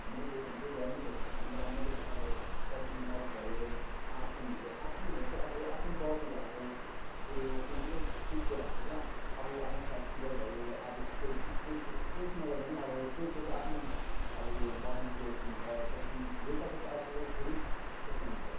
meditation चाहिँ गर्नैपर्छ अन्त मेडिटेसन अब त्यहाँदेखि अर्को भयो आसनहरू आसनहरू चाहिँ अब आफ्नो बडीहरू अब उयो फिजिकल फिट राख्छ क्या अब अब म फ्ल्याक्सिबल भयो अब स्ट्रेच स्ट्रेच स्ट्रेचमा गर्दा नि अब स्ट्रेचले चाहिँ आफ्नो अब यो बडी ग्रोथ हुन्छ त्यहाँदेखि योगाले चाहिँ आफू फेरि यस्तो हुन्छ